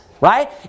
right